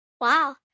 Wow